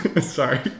Sorry